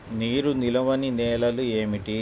నీరు నిలువని నేలలు ఏమిటి?